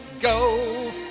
go